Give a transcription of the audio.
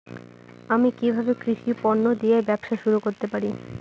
আমি কিভাবে কৃষি পণ্য দিয়ে ব্যবসা শুরু করতে পারি?